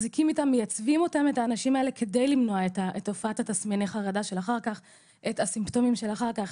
מייצבים אותם כדי למנוע את תופעת תסמיני החרדה והסימפטומים של אחר כך.